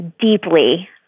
deeply